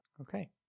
Okay